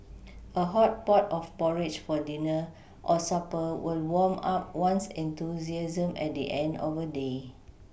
a hot pot of porridge for dinner or supper will warm up one's enthusiasm at the end of a day